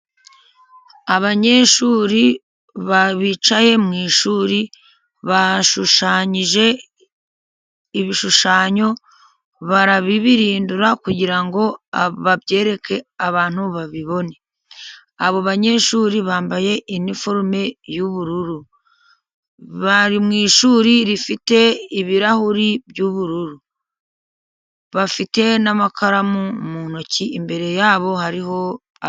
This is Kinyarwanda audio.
Abanyeshuri bicaye mu ishuri. Bashushanyije ibishushanyo barabibirindura kugira ngo babyereke abantu babibone. Abo banyeshuri bambaye iniforume y'ubururu, bari mu ishuri rifite ibirahuri by'ubururu. Bafite n'amakaramu mu ntoki. Imbere yabo hariho...